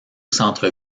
centre